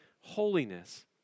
holiness